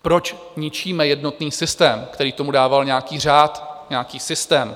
Proč ničíme jednotný systém, který tomu dával nějaký řád, nějaký systém?